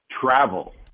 travel